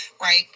right